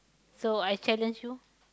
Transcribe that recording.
so I challenge you